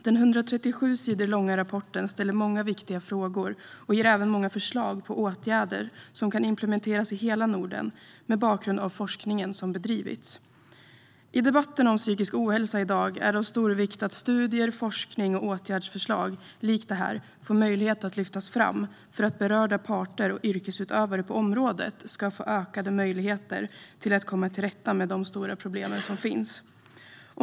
Den 137 sidor långa rapporten ställer många viktiga frågor och ger även många förslag på åtgärder som kan implementeras i hela Norden mot bakgrund av den forskning som bedrivits. I debatten om psykisk ohälsa i dag är det av stor vikt att studier, forskning och åtgärdsförslag, likt detta, får möjlighet att lyftas fram för att berörda parter och yrkesutövare på området ska få ökade möjligheter att komma till rätta med de stora problem som finns.